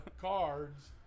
cards